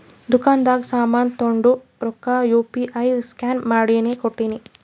ದುಕಾಂದಾಗ್ ಸಾಮಾನ್ ತೊಂಡು ರೊಕ್ಕಾ ಯು ಪಿ ಐ ಸ್ಕ್ಯಾನ್ ಮಾಡಿನೇ ಕೊಟ್ಟಿನಿ